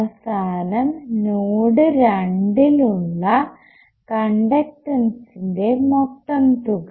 അവസാനം നോഡ് രണ്ടിൽ ഉള്ള കണ്ടക്ടൻസിന്റെ മൊത്തം തുക